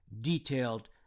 detailed